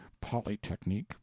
polytechnique